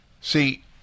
See